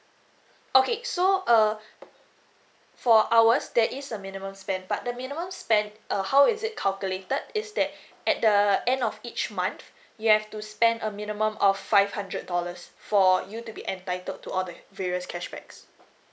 okay so uh for ours there is a minimum spend but the minimum spend uh how is it calculated is that at the end of each month you have to spend a minimum of five hundred dollars for you to be entitled to all the various cashbacks